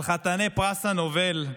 על חתני פרס הנובל,